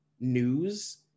news